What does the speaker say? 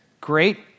Great